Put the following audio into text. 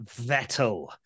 Vettel